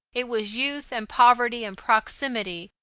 it was youth and poverty and proximity,